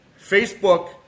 Facebook